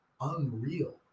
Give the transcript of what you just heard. unreal